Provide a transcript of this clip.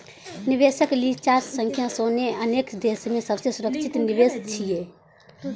निवेशक लिजाज सं सोना अनेक देश मे सबसं सुरक्षित निवेश छियै